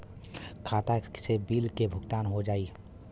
खाता से बिल के भुगतान हो जाई?